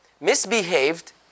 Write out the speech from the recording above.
misbehaved